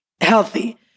healthy